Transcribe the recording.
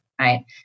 right